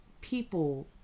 people